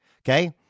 Okay